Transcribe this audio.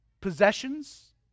possessions